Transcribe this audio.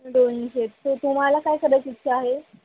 दोनशे सो तुम्हाला काय करायची इच्छा आहे